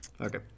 Okay